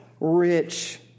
rich